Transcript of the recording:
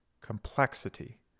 complexity